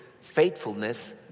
faithfulness